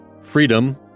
freedom